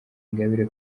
ingabire